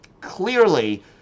clearly